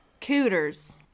cooters